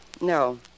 no